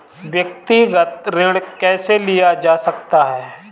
व्यक्तिगत ऋण कैसे लिया जा सकता है?